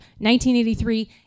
1983